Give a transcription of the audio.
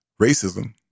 racism